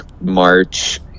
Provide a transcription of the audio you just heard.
March